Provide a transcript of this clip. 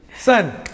son